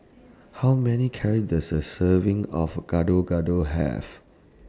How Many Curry Does A Serving of Gado Gado Have